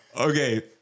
Okay